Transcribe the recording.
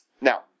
Now